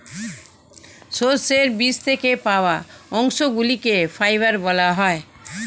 সর্ষের বীজ থেকে পাওয়া অংশগুলিকে ফাইবার বলা হয়